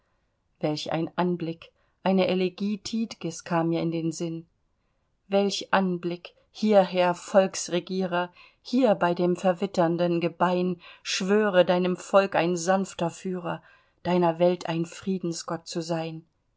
welch ein anblick eine elegie tiedges kam mir in den sinn welch ein anblick hierher volksregierer hier bei dem verwitternden gebein schwöre deinem volk ein sanfter führer deiner welt ein friedensgott zu sein